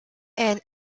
and